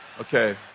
Okay